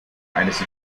eines